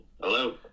Hello